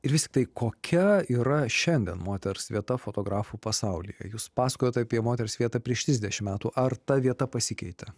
ir vis tiktai kokia yra šiandien moters vieta fotografų pasaulyje jūs pasakojot apie moters vietą prieš trisdešimt metų ar ta vieta pasikeitė